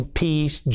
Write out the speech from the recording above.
peace